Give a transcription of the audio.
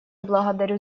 благодарю